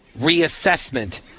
reassessment